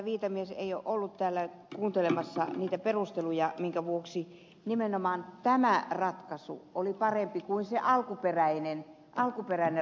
viitamies ei ole ollut täällä kuuntelemassa niitä perusteluja minkä vuoksi nimenomaan tämä ratkaisu oli parempi kuin se alkuperäinen